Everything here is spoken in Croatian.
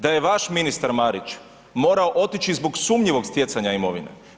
Da je vaš ministar Marić morao otići zbog sumnjivog stjecanja imovine.